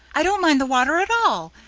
i don't mind the water at all.